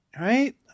right